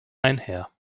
einher